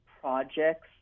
projects